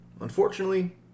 Unfortunately